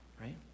Right